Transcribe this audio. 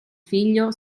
figlio